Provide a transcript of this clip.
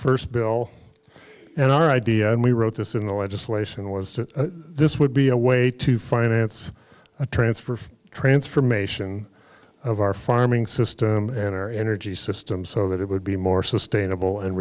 first bill and idea and we wrote this in the legislation was that this would be a way to finance a transfer of transformation of our farming system in our energy system so that it would be more sustainable and